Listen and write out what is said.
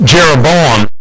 Jeroboam